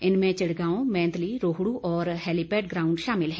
इनमें चिड़गांव मैंदली रोहडू और helipad ground शामिल हैं